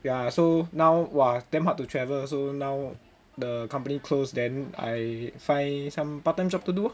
ya so now !wah! damn hard to travel so now the company closed then I find some part time job to do lor